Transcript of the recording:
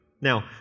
Now